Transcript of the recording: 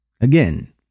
Again